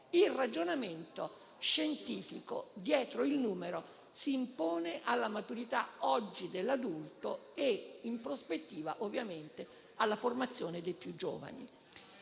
il ragionamento scientifico dietro il numero si imponga alla maturità oggi dell'adulto e, in prospettiva, alla formazione dei più giovani.